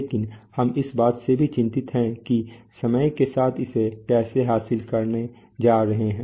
लेकिन हम इस बात से भी चिंतित हैं कि समय के साथ इसे कैसे हासिल करने जा रहा है